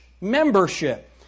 membership